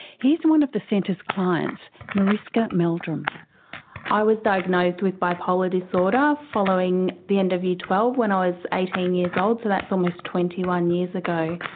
here's one of the centre's clients, mariska meldrum i was diagnosed with bipolar disorder following the end of year twelve when i was eighteen years old, so that's almost twenty one years ago.